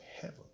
heaven